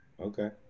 Okay